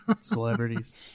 celebrities